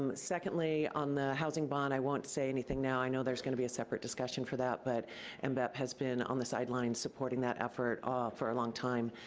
um secondly on the housing bond, i won't say anything now. i know there's gonna be a separate discussion for that, but and mbep has been on the sidelines supporting that effort ah for a long time,